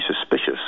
suspicious